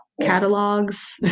catalogs